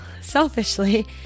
selfishly